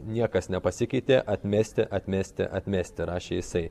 niekas nepasikeitė atmesti atmesti atmesti rašė jisai